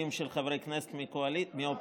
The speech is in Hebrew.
חוקים של חברי הכנסת מהאופוזיציה.